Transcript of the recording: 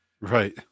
Right